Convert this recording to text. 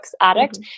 addict